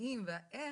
שהתנאים וה-איך,